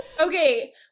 okay